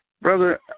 Brother